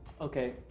Okay